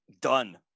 Done